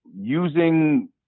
using